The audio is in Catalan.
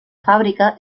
fàbrica